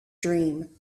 dream